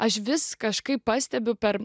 aš vis kažkaip pastebiu per